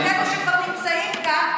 את אלו שכבר נמצאים כאן,